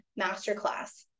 masterclass